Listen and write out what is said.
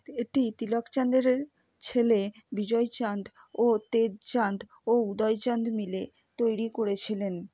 এটি তিলকচাঁদের ছেলে বিজয়চাঁদ ও তেজচাঁদ ও উদয়চাঁদ মিলে তৈরি করেছিলেন